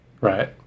right